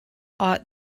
ought